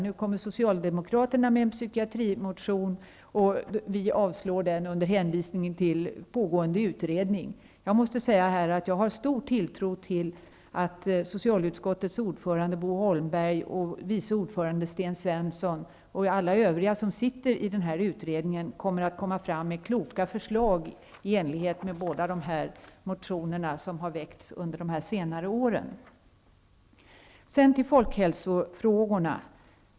Nu väcker Socialdemokraterna en motion om psykiatri, och vi avstyrker den med hänvisning till pågående utredning. Jag har stor tilltro till att socialutskottets ordförande Bo Holmberg, vice ordförande Sten Svensson och alla övriga som sitter med i utredningen kommer att komma fram med kloka förslag i enlighet med båda dessa motioner som har väckts under senare år. Vidare har vi folkhälsofrågorna.